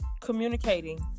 communicating